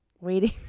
waiting